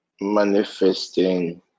manifesting